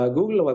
Google